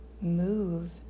move